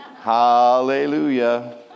Hallelujah